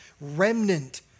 remnant